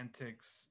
antics